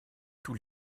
tous